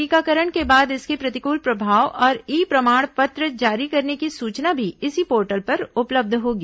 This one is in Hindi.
टीकाकरण के बाद इसके प्रतिकूल प्रभावों और ई प्रमाण पत्र जारी करने की सूचना भी इसी पोर्टल पर उपलब्ध होगी